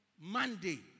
Monday